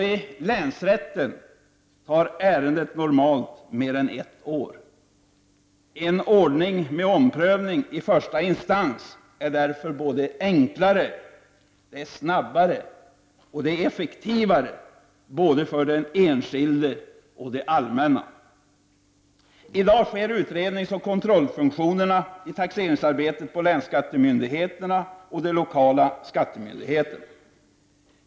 I länsrätten tar ärendet normalt mer än ett år att behandla. En ordning med omprövning i första instans är därför både enklare, snabbare och effektivare för såväl den enskilde som det allmänna. I dag sker utredningsoch kontrollfunktionerna i taxeringsarbetet på länsskattemyndigheterna och de lokala skattemyndigheterna.